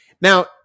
Now